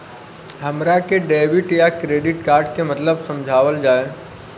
हमरा के डेबिट या क्रेडिट कार्ड के मतलब समझावल जाय?